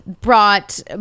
brought